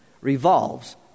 revolves